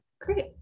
great